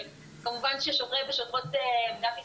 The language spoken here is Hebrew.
כמובן ששוטרי ושוטרות מדינת ישראל,